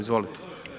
Izvolite.